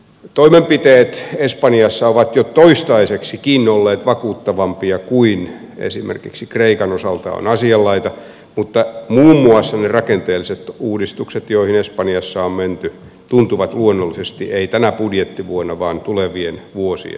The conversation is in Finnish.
toimenpiteet espanjassa ovat jo toistaiseksikin olleet vakuuttavampia kuin esimerkiksi kreikan osalta on asianlaita mutta muun muassa ne rakenteelliset uudistukset joihin espanjassa on menty tuntuvat luonnollisesti eivät tänä budjettivuonna vaan tulevien vuosien myötä